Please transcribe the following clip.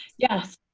yes.